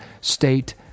state